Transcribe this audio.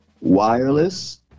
Wireless